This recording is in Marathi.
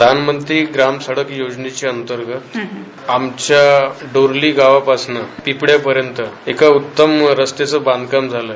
प्रधानमंत्री ग्रामसडक योजनेअंतर्गत आमच्या डोरली गावापासून पिपड्यापर्यंत एका उत्तम रस्त्याचं बांधकाम आलंय